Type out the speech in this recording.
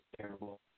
terrible